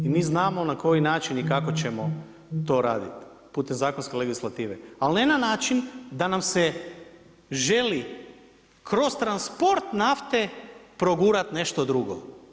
I mi znamo na koji način i kako ćemo to raditi putem zakonske legislative, ali ne na način da nam se želi kroz transport nafte progurat nešto drugo.